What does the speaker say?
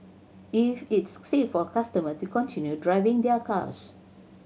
if it's safe for customer to continue driving their cars